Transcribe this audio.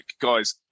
guys